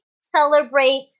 celebrate